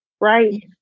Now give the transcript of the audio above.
Right